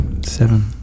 seven